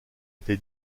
été